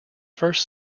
first